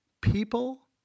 People